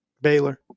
Baylor